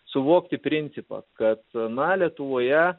suvokti principą kad na lietuvoje